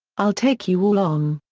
i'll take you all on!